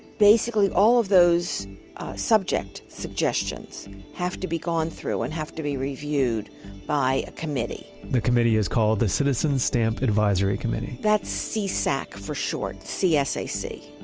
basically, all of those subject suggestions have to be gone through and have to be reviewed by a committee the committee is called the citizens stamp advisory committee that's so csac for short. c s a c.